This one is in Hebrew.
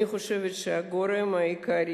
אני חושבת שהגורם העיקרי